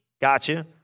gotcha